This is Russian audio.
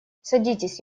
садитесь